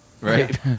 Right